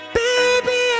baby